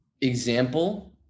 example